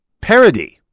parody